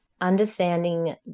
understanding